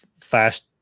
fast